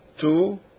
two